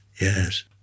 yes